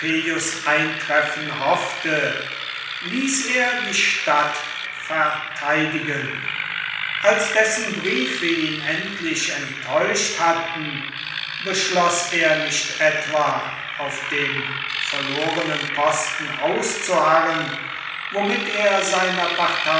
eintreffen hoffte ließ er die stadt verteidigen als dessen briefe ihn endlich enttäuscht hatten beschloß er nicht etwa auf dem verlorenen posten auszuharren womit er seiner partei